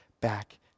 back